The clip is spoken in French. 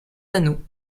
anneaux